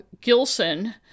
Gilson